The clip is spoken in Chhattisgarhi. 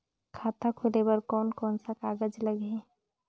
खाता खुले बार कोन कोन सा कागज़ लगही?